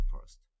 first